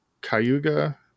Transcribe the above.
Cayuga